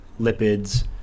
lipids